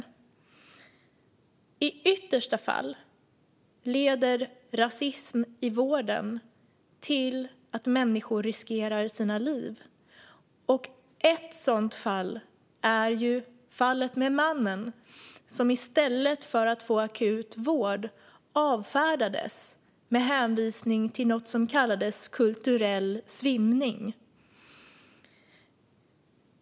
I yttersta fall leder rasism i vården till att människors liv riskeras. Ett sådant fall är mannen som i stället för att få akut vård avfärdades med hänvisning till något som kallades kulturell svimning.